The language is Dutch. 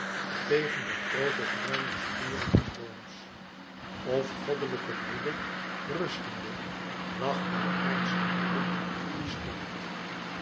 tegen de grove bruine spieren des booms of goddelijke broeder rustende lag bij aardschen broeder die stond